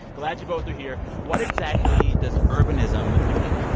glad you both are here. what exactly does urbanism mean?